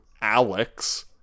Alex